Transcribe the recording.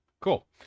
Cool